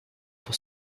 for